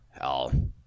Hell